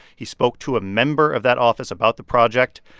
he spoke to a member of that office about the project,